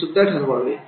हे सुद्धा ठरवावे